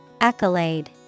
Accolade